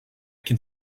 can